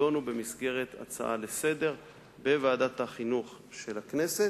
תידון במסגרת הצעה לסדר-היום בוועדת החינוך של הכנסת,